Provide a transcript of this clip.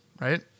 Right